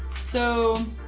so.